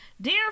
Dear